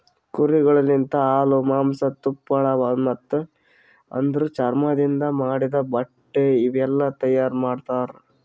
ಕುರಿಗೊಳ್ ಲಿಂತ ಹಾಲು, ಮಾಂಸ, ತುಪ್ಪಳ ಮತ್ತ ಅದುರ್ ಚರ್ಮದಿಂದ್ ಮಾಡಿದ್ದ ಬಟ್ಟೆ ಇವುಯೆಲ್ಲ ತೈಯಾರ್ ಮಾಡ್ತರ